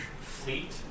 fleet